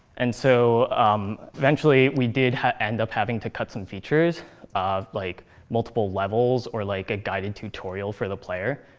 and so eventually, we did end up having to cut some features of like multiple levels or like a guided tutorial for the player.